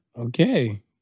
Okay